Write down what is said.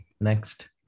next